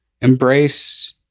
embrace